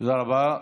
תודה רבה.